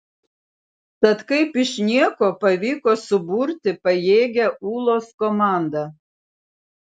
tad kaip iš nieko pavyko suburti pajėgią ūlos komandą